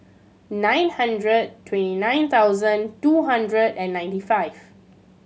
nine hundred twenty nine thousand two hundred and ninety five